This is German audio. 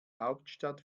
hauptstadt